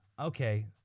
Okay